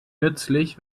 nützlich